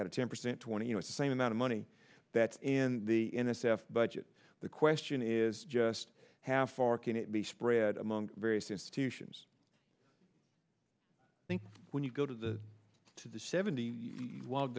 had a ten percent twenty you know the same amount of money that's in the n s f budget the question is just how far can it be spread among various institutions i think when you go to the to the seventy whil